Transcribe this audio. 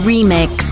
Remix